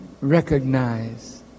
recognize